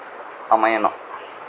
அமையணும்